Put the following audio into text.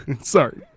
Sorry